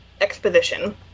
exposition